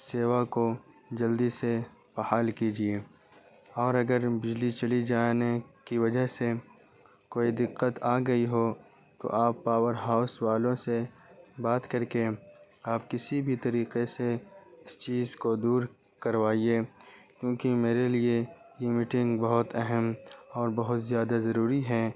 سیوا کو جلدی سے بحال کیجیے اور اگر بجلی چلی جانے کی وجہ سے کوئی دقت آ گئی ہو تو آپ پاور ہاؤس والوں سے بات کر کے آپ کسی بھی طریقے سے اس چیز کو دور کروائیے کیونکہ میرے لیے یہ میٹنگ بہت اہم اور بہت زیادہ ضروری ہے